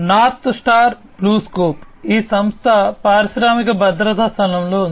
north Star BlueScope ఈ సంస్థ పారిశ్రామిక భద్రతా స్థలంలో ఉంది